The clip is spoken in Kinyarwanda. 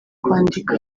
kwandika